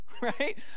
Right